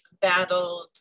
battled